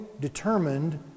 determined